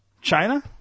China